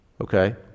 Okay